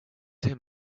him